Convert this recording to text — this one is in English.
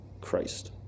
Christ